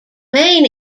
main